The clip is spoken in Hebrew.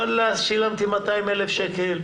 אז שילמתי 200 אלף שקל.